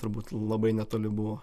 turbūt labai netoli buvo